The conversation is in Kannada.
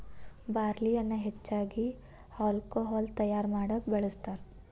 ಬಾರ್ಲಿಯನ್ನಾ ಹೆಚ್ಚಾಗಿ ಹಾಲ್ಕೊಹಾಲ್ ತಯಾರಾ ಮಾಡಾಕ ಬಳ್ಸತಾರ